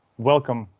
welcome.